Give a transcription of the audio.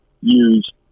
use